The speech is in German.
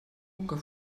bunker